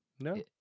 no